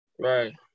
right